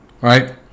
right